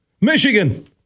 Michigan